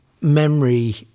memory